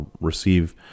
receive